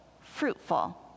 fruitful